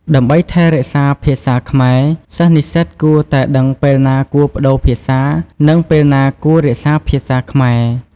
ដើម្បីថែរក្សាភាសាខ្មែរ សិស្សនិស្សិតគួរតែដឹងពេលណាគួរប្ដូរភាសា និងពេលណាគួររក្សាភាសាខ្មែរ។